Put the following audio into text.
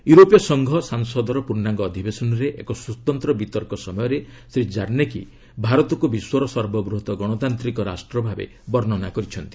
ୟୁରୋପୀୟ ସଂଘ ସଂସଦର ପୂର୍ଣ୍ଣାଙ୍ଗ ଅଧିବେଶନରେ ଏକ ସ୍ୱତନ୍ତ୍ର ବିତର୍କ ସମୟରେ ଶ୍ରୀ ଜାର୍ଭ୍ଣେକି ଭାରତକୁ ବିଶ୍ୱର ସର୍ବବୃହତ୍ ଗଣତାନ୍ତିକ ରାଷ୍ଟ୍ର ବର୍ଷନା କରିଛନ୍ତି